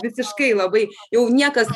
visiškai labai jau niekas